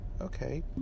Okay